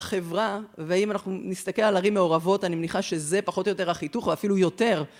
חברה, ואם אנחנו נסתכל על ערים מעורבות אני מניחה שזה פחות או יותר החיתוך או אפילו יותר